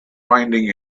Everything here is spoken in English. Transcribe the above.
finding